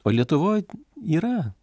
o lietuvoj yra